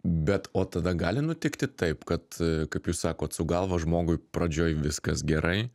bet o tada gali nutikti taip kad kaip jūs sakot su galva žmogui pradžioj viskas gerai